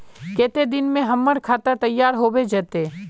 केते दिन में हमर खाता तैयार होबे जते?